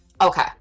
okay